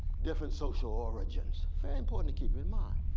different social origins, very important to keep in mind.